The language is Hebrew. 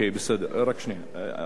אוקיי, בסדר, רק שנייה.